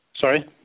Sorry